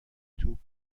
توپ